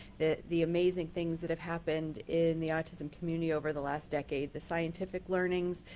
the the amazing things that have happened in the autism community over the last decade, the scientific learnings,